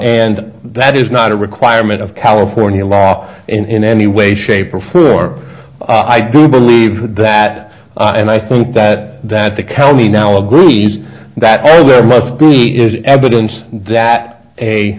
and that is not a requirement of california law in any way shape or food or i do believe that and i think that that the county now agrees that all there must be is evidence that a